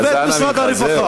אז אנא ממך,